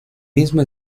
mismo